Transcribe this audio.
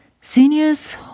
Seniors